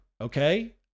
okay